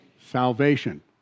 salvation